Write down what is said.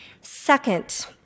Second